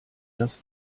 das